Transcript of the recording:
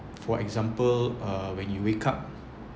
for example uh when you wake up